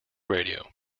radio